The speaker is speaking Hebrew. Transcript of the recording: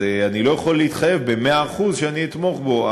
אז אני לא יכול להתחייב במאה אחוז שאני אתמוך בו.